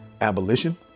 Abolition